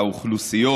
האוכלוסיות,